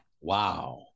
Wow